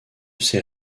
sait